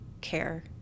care